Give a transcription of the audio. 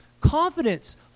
Confidence